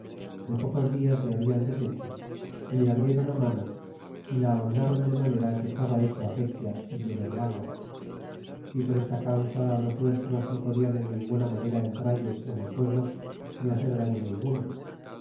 de pocos dias le habian deshecho y le abriéron mano y a ahondron de manera que estaba hecho acequia y lleno de agua y por esta causa los nuestros no podian en ninguna manera entralies en el pueblo ni hacer daño ninguno